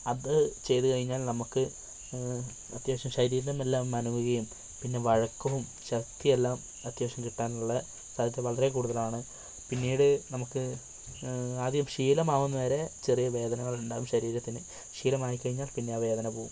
അത് ചെയ്തു കഴിഞ്ഞാൽ നമുക്ക് അത്യാവശ്യം ശരീരമെല്ലാം മനവുകയും പിന്നെ വഴക്കവും ശക്തിയെല്ലാം അത്യാവശ്യം കിട്ടാനുള്ള സാധ്യത വളരേ കൂടുതലാണ് പിന്നീട് നമുക്ക് ആദ്യം ശീലമാവുന്നത് വരെ ചെറിയ വേദനകളുണ്ടാവും ശരീരത്തിന് ശീലമായിക്കഴിഞ്ഞാൽ പിന്നെ ആ വേദന പോവും